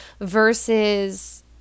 versus